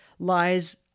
lies